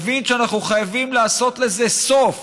להבין שאנחנו חייבים לעשות לזה סוף,